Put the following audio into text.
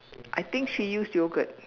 I think she use yogurt